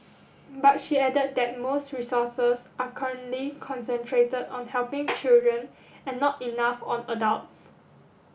but she added that most resources are currently concentrated on helping children and not enough on adults